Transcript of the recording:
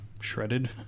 shredded